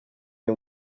nie